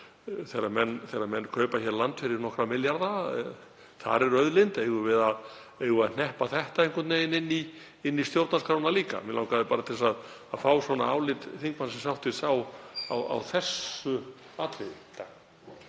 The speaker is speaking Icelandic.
þegar menn kaupa hér land fyrir nokkra milljarða. Þar er auðlind. Eigum við að hneppa þetta einhvern veginn inn í stjórnarskrána líka? Mig langaði til að fá álit hv. þingmanns á þessu atriði.